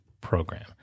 Program